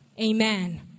Amen